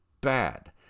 bad